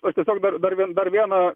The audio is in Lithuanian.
aš tiesiog dar dar vieną